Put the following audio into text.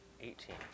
Eighteen